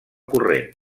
corrent